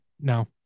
No